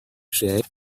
said